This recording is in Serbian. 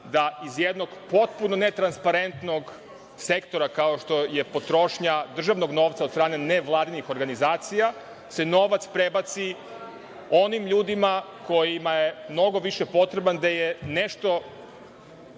da iz jednog potpuno netransparentnog sektora, kao što je potrošnja državnog novca od strane nevladinih organizacija, se novac prebaci onim ljudima kojima je mnogo više potreban, gde je